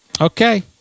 okay